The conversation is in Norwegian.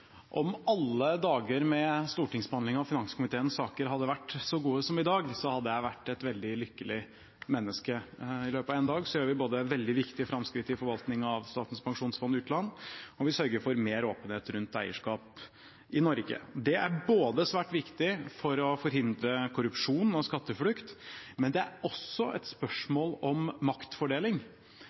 Om alle dager med stortingsbehandling av finanskomiteens saker hadde vært så gode som i dag, hadde jeg vært et veldig lykkelig menneske. I løpet av en dag gjør vi både veldig viktige framskritt i forvaltningen av Statens pensjonsfond utland, og vi sørger for mer åpenhet rundt eierskap i Norge. Det er svært viktig for å forhindre korrupsjon og skatteflukt, men det er også et spørsmål om maktfordeling,